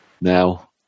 Now